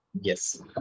Yes